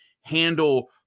handle –